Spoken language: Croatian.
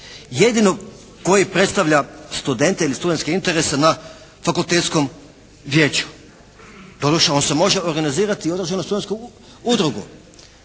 jedinog koji predstavlja studente ili studentske interese na fakultetskom vijeću. Doduše, on se može organizirati i u određeno studentsku udrugu.